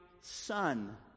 son